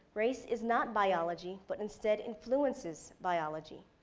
race is not biology, but instead influences biology.